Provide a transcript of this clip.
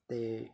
ਅਤੇ